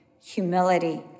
humility